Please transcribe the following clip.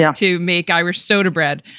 yeah to make irish soda bread.